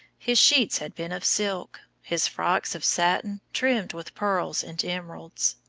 his sheets had been of silk, his frocks of satin trimmed with pearls and emeralds.